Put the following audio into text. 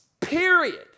Period